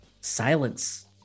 silence